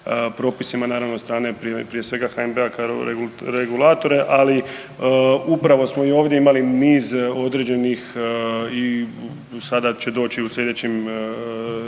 propisima naravno od strane prije svega HNB-a kao regulatora, ali upravo smo i ovdje imali niz određenih i sada će doći u sljedećim